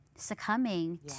succumbing